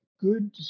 good